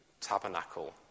tabernacle